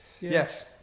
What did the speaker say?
Yes